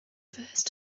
first